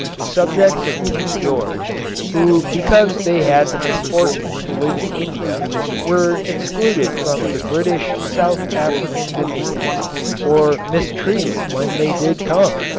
the subjects of king george who because they had the misfortune to live in india were excluded from the british south african dominions or mistreated when they did come,